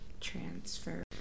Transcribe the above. transfer